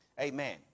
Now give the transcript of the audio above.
Amen